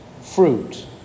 fruit